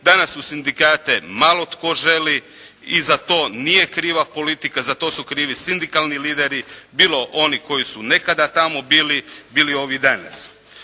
Danas u sindikate malo tko želi i za to nije kriva politika. Za to su krivi sindikalni lideri bilo oni koji su nekada tamo bili ili ovi danas.